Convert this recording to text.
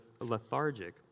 lethargic